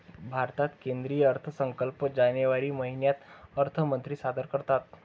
भारतात केंद्रीय अर्थसंकल्प जानेवारी महिन्यात अर्थमंत्री सादर करतात